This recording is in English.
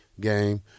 game